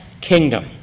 kingdom